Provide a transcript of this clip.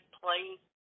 please